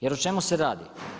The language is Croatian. Jer o čemu se radi?